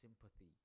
sympathy